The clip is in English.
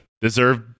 deserve